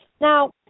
Now